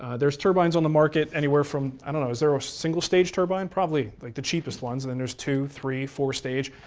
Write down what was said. ah there's turbines on the market anywhere from, i don't know, is there a single stage turbine? probably, like the cheapest ones. then there's two, three, four stage.